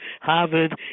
Harvard